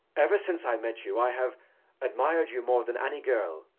ever since i met you i have admired you more than any girl.